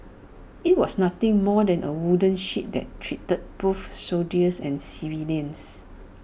IT was nothing more than A wooden shed that treated both soldiers and civilians